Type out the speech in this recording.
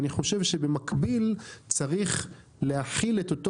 אני חושב שבמקביל צריך להחיל את אותו